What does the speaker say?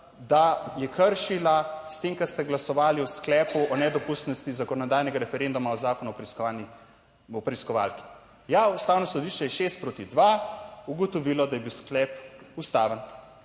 da je kršila s tem, ko ste glasovali o sklepu o nedopustnosti zakonodajnega referenduma o Zakonu o preiskovalki. Ja, Ustavno sodišče je šest proti dva ugotovilo, da je bil sklep ustaven.